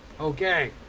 Okay